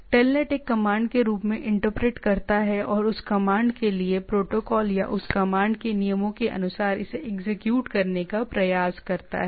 TELNET एक command के रूप में इंटरप्रेट करता है और उस कमांड के लिए प्रोटोकॉल या उस कमांड के नियमों के अनुसार इसे एग्जीक्यूट करने का प्रयास करता है